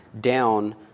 down